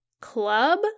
club